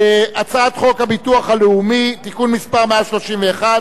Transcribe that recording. הצעת חוק הביטוח הלאומי (תיקון מס' 131,